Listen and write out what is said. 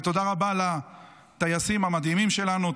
תודה רבה לטייסים המדהימים שלנו,